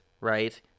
right